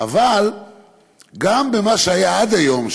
אבל גם במה שהיה עד היום,